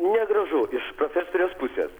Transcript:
negražu iš profesorės pusės